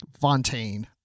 Fontaine